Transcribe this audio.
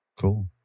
Cool